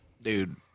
Dude